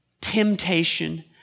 temptation